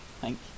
Thank